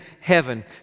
heaven